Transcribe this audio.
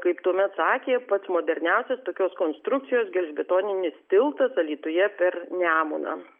kaip tuomet sakė pats moderniausias tokios konstrukcijos gelžbetonini tiltas alytuje per nemuną